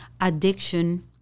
addiction